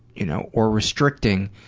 you know, or restricting,